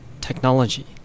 technology